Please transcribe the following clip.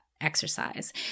exercise